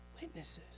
witnesses